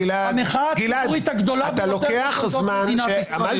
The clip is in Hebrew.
המחאה הציבורית הגדולה ביותר בתולדות מדינת ישראל.